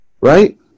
Right